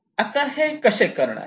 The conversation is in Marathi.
आता ते हे कसे करणार